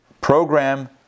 program